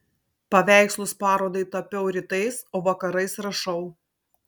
paveikslus parodai tapiau rytais o vakarais rašau